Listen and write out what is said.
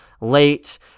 late